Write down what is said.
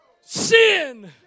Sin